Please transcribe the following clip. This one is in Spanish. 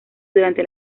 durante